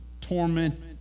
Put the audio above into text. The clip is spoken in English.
torment